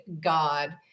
God